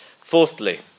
Fourthly